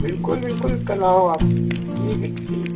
बिल्कुल बिल्कुल कल आओ आप ठीक है ठीक ठीक